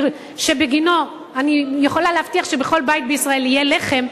ובגינו אני יכולה להבטיח שבכל בית בישראל יהיה לחם,